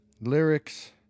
lyrics